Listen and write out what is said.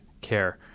care